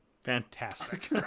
Fantastic